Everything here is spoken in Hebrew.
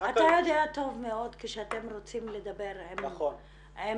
אתה יודע טוב מאוד, כשאתם רוצים לדבר עם חברה